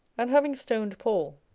and having stoned paul,